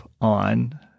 on